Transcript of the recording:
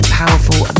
powerful